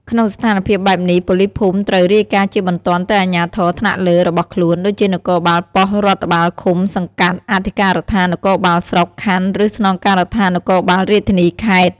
ក្នុងស្ថានភាពបែបនេះ ប៉ូលីសភូមិត្រូវ រាយការណ៍ជាបន្ទាន់ទៅអាជ្ញាធរថ្នាក់លើ របស់ខ្លួន ដូចជានគរបាលប៉ុស្តិ៍រដ្ឋបាលឃុំ-សង្កាត់ អធិការដ្ឋាននគរបាលស្រុក-ខណ្ឌ ឬស្នងការដ្ឋាននគរបាលរាជធានី-ខេត្ត។